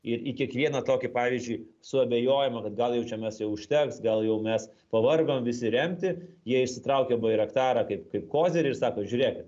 ir į kiekvieną tokį pavyzdžiui suabejojimą kad gal jau čia mes jau užteks gal jau mes pavargom visi remti jie išsitraukia bairaktarą kaip kaip kozirį ir sako žiūrėkit